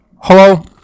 Hello